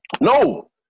No